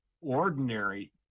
ordinary